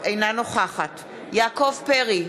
אינה נוכחת יעקב פרי,